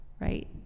right